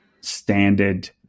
standard